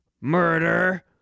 murder